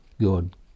God